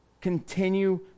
continue